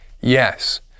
Yes